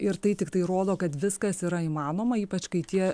ir tai tiktai rodo kad viskas yra įmanoma ypač kai tie